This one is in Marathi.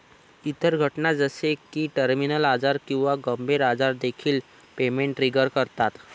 इतर घटना जसे की टर्मिनल आजार किंवा गंभीर आजार देखील पेमेंट ट्रिगर करतात